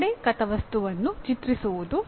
ಬೋಡೆ ಕಥಾವಸ್ತುವನ್ನು ಚಿತ್ರಿಸುವುದು